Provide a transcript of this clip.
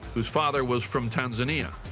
whose father was from tanzania.